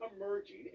emerging